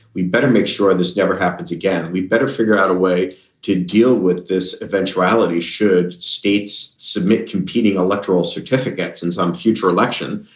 we better make sure this never happens again. we better figure out a way to deal with this eventuality should states submit competing electoral certificates in some future election?